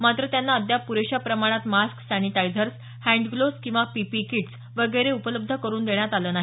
मात्र त्यांना अद्याप प्रेशा प्रमाणात मास्क सॅनिटायझर्स हॅन्डग्लोज किंवा पीपीई कीट्स वगैरे उपलब्ध करून देण्यात आलेले नाही